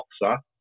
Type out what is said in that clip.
boxer